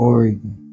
Oregon